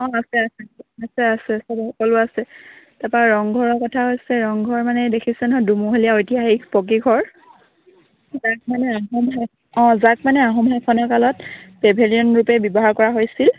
অঁ আছে আছে আছে আছে চব সকলো আছে তাৰপা ৰংঘৰৰ কথা হৈছে ৰংঘৰ মানে দেখিছে নহয় দুমহলীয়া ঐতিহাসিক পকীঘৰ তাক মানে আহোম অঁ যাক মানে আহোম শাসন কালত পেভেলিয়নৰূপে ব্যৱহাৰ কৰা হৈছিল